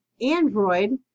Android